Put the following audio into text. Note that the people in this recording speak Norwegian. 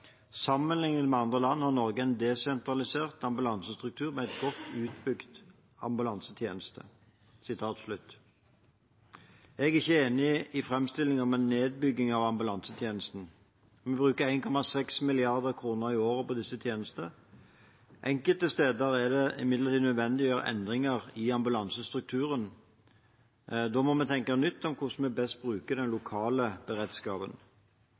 med andre land har Norge en desentralisert ambulansestruktur med en godt utbygget ambulansetjeneste.» Jeg er ikke enig i framstillinger om en nedbygging av ambulansetjenesten. Vi bruker 6,1 mrd. kr i året på disse tjenestene. Enkelte steder er det imidlertid nødvendig å gjøre endringer i ambulansestrukturen. Da må vi tenke nytt om hvordan vi best bruker den lokale beredskapen.